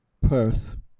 Perth